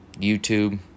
YouTube